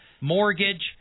mortgage